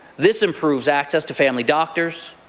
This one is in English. this improves access to family doctors,